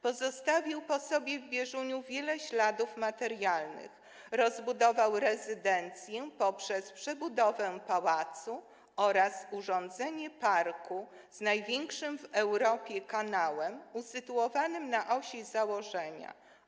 Pozostawił po sobie w Bieżuniu wiele śladów materialnych, rozbudował rezydencję poprzez przebudowę pałacu oraz urządzenie parku z największym w Europie kanałem usytuowanym na osi założenia.